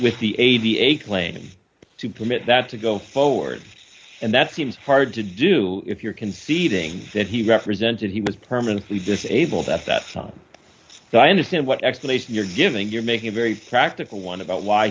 with the a b a claim to permit that to go forward and that seems hard to do if you're conceding that he represented he was permanently disabled at that time so i understand what explanation you're giving you're making a very practical one about why